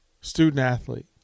student-athlete